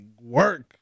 work